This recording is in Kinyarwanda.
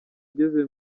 ugeze